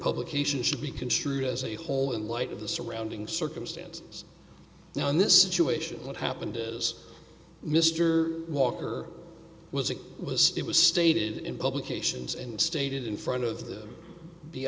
publication should be construed as a whole in light of the surrounding circumstances now in this situation what happened is mr walker was it was it was stated in publications and stated in front of the